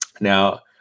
now